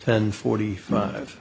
ten forty five